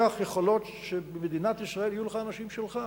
יכולות שבמדינת ישראל יהיו לך האנשים שלך,